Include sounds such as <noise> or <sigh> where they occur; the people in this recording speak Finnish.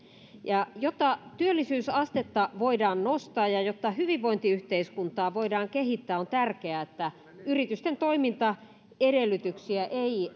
jotta työllisyysastetta voidaan nostaa ja jotta hyvinvointiyhteiskuntaa voidaan kehittää on tärkeää että yritysten toimintaedellytyksiä ei <unintelligible>